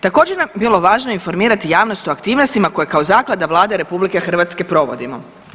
Također je bilo važno informirati javnost o aktivnostima koje kao zaklada Vlade RH provodimo.